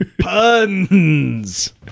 puns